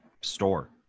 store